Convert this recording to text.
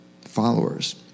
followers